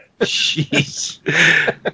Jeez